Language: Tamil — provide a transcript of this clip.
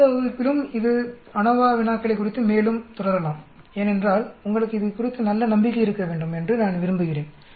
அடுத்த வகுப்பிலும் இந்த அநோவா வினாக்களைக் குறித்து மேலும் தொடரலாம் ஏனென்றால் உங்களுக்கு இதுகுறித்து நல்ல நம்பிக்கை இருக்க வேண்டும் என்று நான் விரும்புகிறேன்